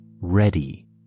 ready